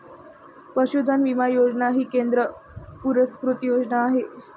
पशुधन विमा योजना ही केंद्र पुरस्कृत योजना आहे